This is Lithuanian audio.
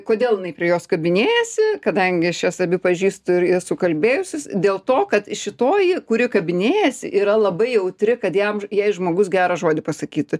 kodėl jinai prie jos kabinėjasi kadangi aš jas abi pažįstu ir esu kalbėjusis dėl to kad šitoji kuri kabinėjasi yra labai jautri kad jam jei žmogus gerą žodį pasakyt